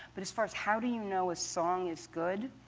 but as far as how do you know a song is good?